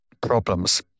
problems